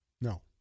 No